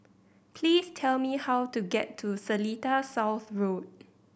please tell me how to get to Seletar South Road